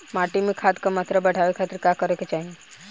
माटी में खाद क मात्रा बढ़ावे खातिर का करे के चाहीं?